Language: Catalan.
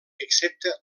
excepte